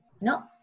No